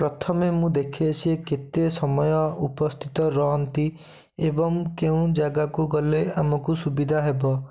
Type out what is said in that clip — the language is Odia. ପ୍ରଥମେ ମୁଁ ଦେଖେ ସିଏ କେତେ ସମୟ ଉପସ୍ଥିତ ରହନ୍ତି ଏବଂ କେଉଁ ଜାଗାକୁ ଗଲେ ଆମକୁ ସୁବିଧା ହେବ